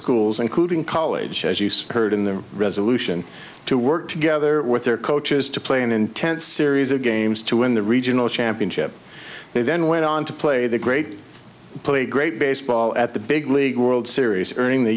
schools including college as you say heard in their resolution to work together with their coaches to play an intense series of games to win the regional championship they then went on to play the great play great baseball at the big league world series earning the